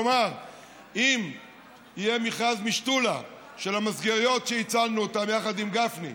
כלומר אם יהיה מכרז משתולה של המסגריות שהצלנו אותן יחד עם גפני,